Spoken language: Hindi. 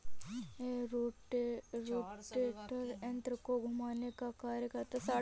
रोटेटर यन्त्र को घुमाने का कार्य करता है